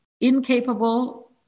incapable